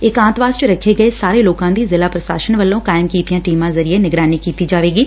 ਏਕਾਂਤਵਾਸ ਚ ਰੱਖੇ ਗਏ ਸਾਰੇ ਲੋਕਾ ਦੀ ਜ਼ਿਲਾ ਪੁਸਾਸਨ ਵੱਲੋ ਕਾਇਮ ਕੀਤੀਆਂ ਟੀਮਾਂ ਜ਼ਰੀਏ ਨਿਗਰਾਨੀ ਕੀਤੀ ਜਾਏਗੀ